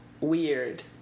weird